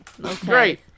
Great